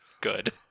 good